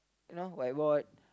you know whiteboard